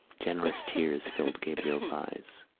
generous tears filled gabriel's eyes.